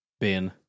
bin